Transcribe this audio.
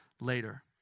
Later